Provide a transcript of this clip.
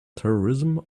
terrorism